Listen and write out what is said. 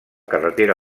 carretera